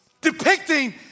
Depicting